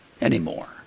anymore